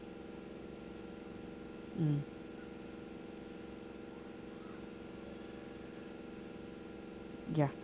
mm ya